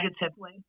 negatively